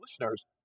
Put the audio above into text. listeners